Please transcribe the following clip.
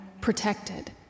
protected